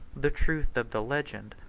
the truth of the legend,